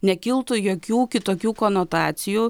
nekiltų jokių kitokių konotacijų